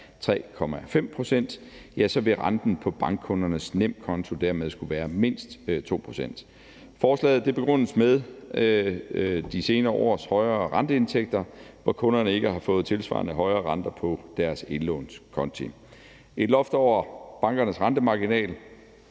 3,5 pct., vil renten på bankkundernes nemkonto dermed skulle være mindst 2 pct. Forslaget begrundes med de senere års højere renteindtægter, hvor kunderne ikke har fået tilsvarende højere renter på deres indlånskonti. Et loft over bankernes rentemarginal